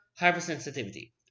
hypersensitivity